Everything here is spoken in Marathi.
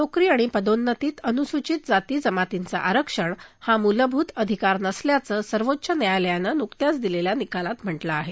नोकरी आणि पदोन्नतीत अनुसूवित जाती जमातींचं आरक्षण हा मुलभूत अधिकार नसल्याचं सर्वोच्च न्यायालयानं नुकत्याच दिलेल्या निकालात म्हटलं आहे